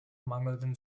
mangelnden